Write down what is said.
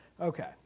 Okay